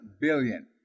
billion